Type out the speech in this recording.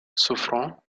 souffrant